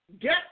get